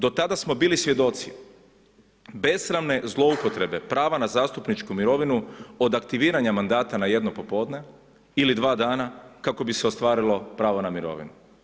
Do tada smo bili svjedoci besramne zloupotrebe prava na zastupničku mirovinu od aktiviranja mandata na jedno popodne ili dva dana kako bi se ostvarilo pravo na mirovinu.